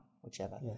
whichever